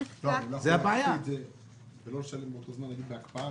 אפשר בהקפאה?